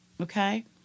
Okay